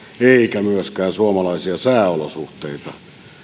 eikä myöskään suomalaisia sääolosuhteita